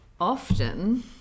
often